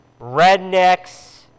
rednecks